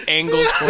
angles